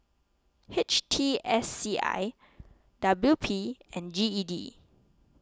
H T S C I W P and G E D